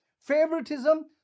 Favoritism